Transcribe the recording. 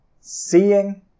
seeing